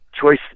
choice